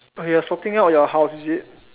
okay you're sorting out your house is it